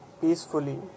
peacefully